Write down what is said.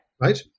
Right